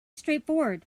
straightforward